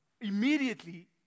Immediately